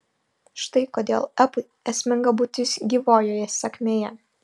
štai kodėl epui esminga būtis gyvojoje sakmėje